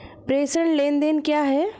प्रेषण लेनदेन क्या है?